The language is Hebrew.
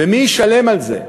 ומי ישלם על זה?